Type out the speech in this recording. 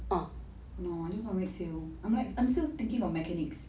no I just want to make sales I'm like I'm still thinking of mechanics